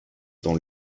dans